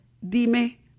dime